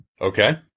Okay